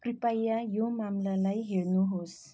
कृपया यो मामलालाई हेर्नुहोस्